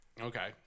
Okay